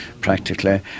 practically